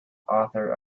author